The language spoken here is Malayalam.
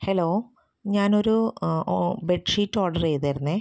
ഹലോ ഞാനൊരൂ ഓ ബെഡ്ഷീറ്റ് ഓർഡർ ചെയ്തിരുന്നു